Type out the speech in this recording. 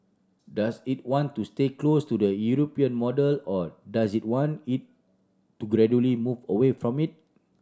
does it want to stay close to the European model or does it want to gradually move away from it